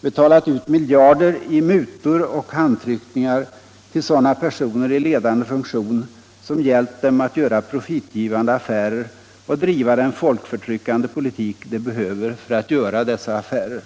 betalat ut miljarder i mutor och handtryckningar till sådana personer i ledande funktion som hjälpt dem att göra profitgivande affärer och driva den neokolonialistiska folkförtryckande politik de behöver för att göra dessa affärer.